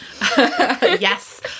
Yes